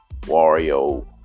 Wario